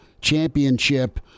championship